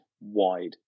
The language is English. wide